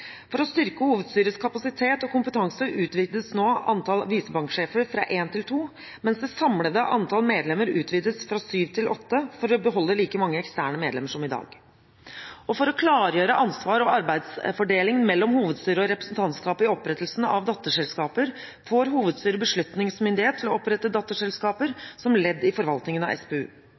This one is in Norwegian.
For å styrke hovedstyrets kapasitet og kompetanse utvides nå antall visebanksjefer fra én til to, mens det samlede antall medlemmer utvides fra syv til åtte, for å beholde like mange eksterne medlemmer som i dag. For å klargjøre ansvar og arbeidsfordeling mellom hovedstyret og representantskapet i opprettelsen av datterselskaper får hovedstyret beslutningsmyndighet til å opprette datterselskaper som ledd i forvaltningen av SPU.